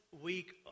week